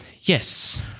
yes